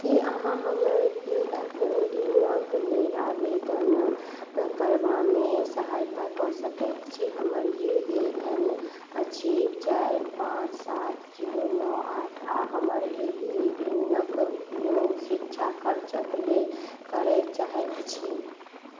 की अहाँ हमरा P F ऋणक लेल आवेदन करबामे सहायता कऽ सकैत छी हमर यू ए एन नम्बर अछि चारि पाँच सात जीरो नओ आठ आओर हम एहि ऋणक उपयोग शिक्षा खर्चक लेल करय चाहैत छी